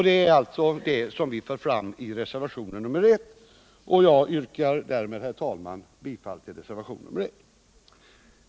Det är det vi för fram i reservationen 1. Jag yrkar därmed, herr talman, bifall till reservationen 1.